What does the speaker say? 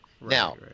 Now